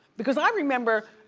because i remember,